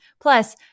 Plus